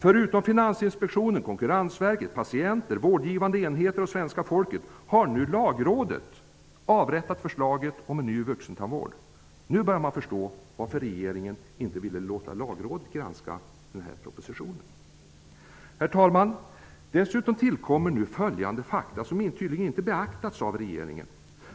Förutom Finansinspektionen, Konkurrensverket, patienter, vårdgivande enheter och svenska folket har nu även Lagrådet avrättat förslaget om en ny vuxentandvård. Nu börjar man förstå varför regeringen inte ville låta Lagrådet granska propositionen. Herr talman! Dessutom tillkommer följande fakta som tydligen inte har beaktats av regeringen.